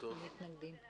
אנחנו מתנגדים.